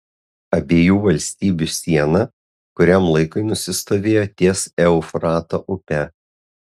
abiejų valstybių siena kuriam laikui nusistovėjo ties eufrato upe